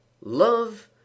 love